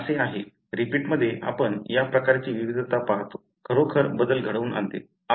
हे असे आहे की रिपीटमध्ये आपण या प्रकारची विविधता पाहतो खरोखर बदल घडवून आणते